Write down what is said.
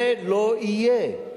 זה לא יהיה.